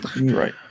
right